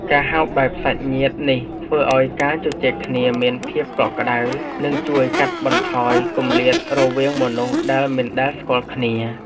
ការហៅបែបសាច់ញាតិនេះធ្វើឱ្យការជជែកគ្នាមានភាពកក់ក្តៅនិងជួយកាត់បន្ថយគម្លាតរវាងមនុស្សដែលមិនដែលស្គាល់គ្នា។